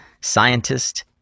scientist